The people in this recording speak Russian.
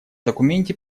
документе